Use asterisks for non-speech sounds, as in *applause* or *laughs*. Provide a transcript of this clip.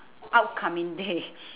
upcoming day *laughs*